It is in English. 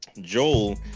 Joel